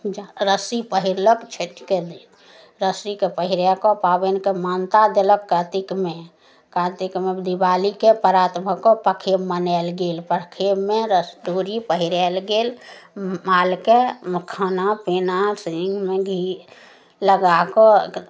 रस्सी पहिरलक छैठके दिन रस्सीके पहिरा कऽ पाबनि कऽ मानता देलक कातिकमे कातिकमे दीवालीके प्रात भऽ कऽ पखेब मनायल गेल पखेबमे डोरी पहिरायल गेल मालके खाना पीना सिङ्गमे घी लगाकऽ